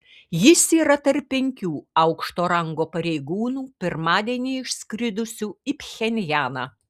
jis yra tarp penkių aukšto rango pareigūnų pirmadienį išskridusių į pchenjaną